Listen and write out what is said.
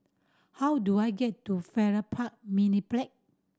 how do I get to Farrer Park Mediplex